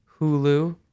Hulu